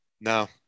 No